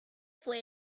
fue